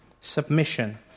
Submission